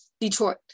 Detroit